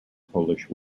polish